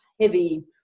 heavy